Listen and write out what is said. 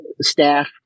staff